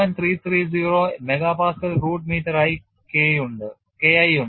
330 MPa root മീറ്ററായി K I ഉണ്ട്